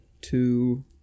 Two